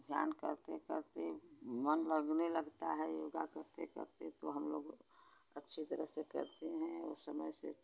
ध्यान करते करते मन लगने लगता है योगा करते करते तो हम लोग अच्छे तरह से करते हैं उस समय से